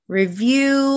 review